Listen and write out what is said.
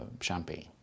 champagne